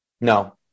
No